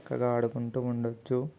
చక్కగా ఆడుకుంటూ ఉండొచ్చు